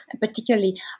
particularly